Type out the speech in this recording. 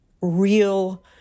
real